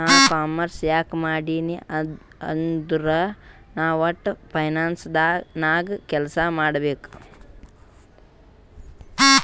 ನಾ ಕಾಮರ್ಸ್ ಯಾಕ್ ಮಾಡಿನೀ ಅಂದುರ್ ನಾ ವಟ್ಟ ಫೈನಾನ್ಸ್ ನಾಗ್ ಕೆಲ್ಸಾ ಮಾಡ್ಲಕ್